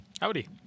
Howdy